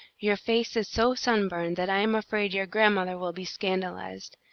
your face is so sunburned that i am afraid your grandmother will be scandalised.